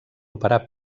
operar